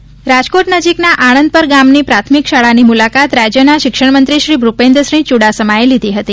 ચુડાસમા રાજકોટ નજીકના આણંદપરગામની પ્રાથમિક શાળાની મુલાકાત રાજ્યના શિક્ષણમંત્રીશ્રી ભૂપેન્દ્રસિંહ ચુડાસમાંએ લીધી હતી